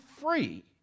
free